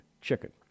chicken